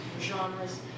genres